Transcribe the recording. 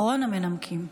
אחרון המנמקים.